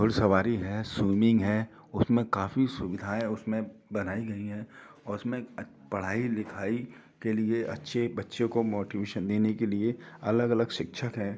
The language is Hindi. घुड़ सवारी है स्विमिंग है उसमें काफ़ी सुविधाएं उसमें बनाई गई हैं और उसमें पढ़ाई लिखाई के लिए अच्छे बच्चे को मोटिविशन देने के लिए अलग अलग शिक्षक है